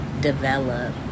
develop